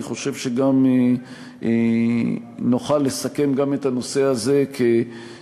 אני חושב שנוכל לסכם גם את הנושא הזה כפגיעה,